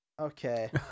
Okay